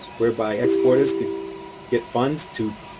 whereby exporters to get funds to, ah,